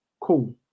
Cool